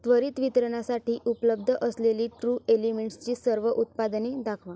त्वरित वितरणासाठी उपलब्ध असलेली ट्रू एलिमेंट्सची सर्व उत्पादने दाखवा